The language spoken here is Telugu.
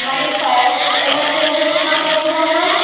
మళ్ళీ ఫైర్ ఎమర్జెన్సీ వచ్చినప్పుడు ఏం చేేయాలి మ్యామ్